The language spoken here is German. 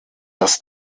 das